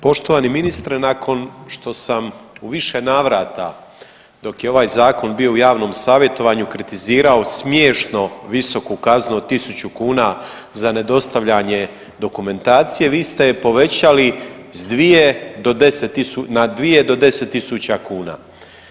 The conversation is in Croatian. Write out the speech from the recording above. Poštovani ministre nakon što sam u više navrata dok je ovaj zakon bio u javnom savjetovanju kritizirao smješno visoku kaznu od 1.000 kuna za nedostavljanje dokumentacije vi ste je povećali s 2 do 10, na 2 do 10.000 kuna.